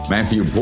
Matthew